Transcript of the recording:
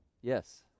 Yes